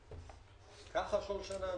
ככה כל שנה.